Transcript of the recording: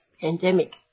pandemic